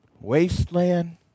wasteland